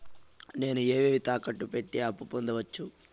నేను ఏవేవి తాకట్టు పెట్టి అప్పు పొందవచ్చు?